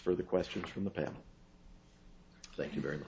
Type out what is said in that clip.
for the question from the panel thank you very much